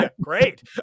Great